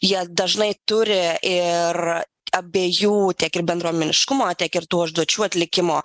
jie dažnai turi ir abiejų tiek ir bendruomeniškumo tiek ir tų užduočių atlikimo